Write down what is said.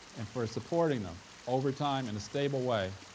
and for supporting them over time in a stable way,